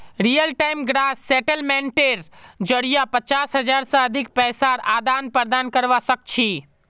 real time gross सेटलमेंटेर जरिये पचास हज़ार से अधिक पैसार आदान प्रदान करवा सक छी